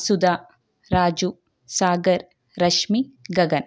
Sudha Raju Sagar Rashmi Gagan